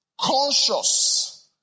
conscious